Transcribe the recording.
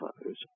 others